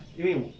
因为